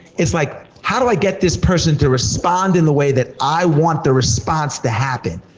it's like, how do i get this person to respond in the way that i want the response to happen?